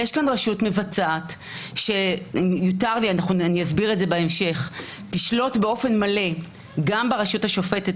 יש כאן רשות מבצעת שתשלוט באופן מלא גם ברשות השופטת